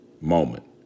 moment